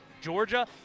Georgia